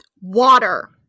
Water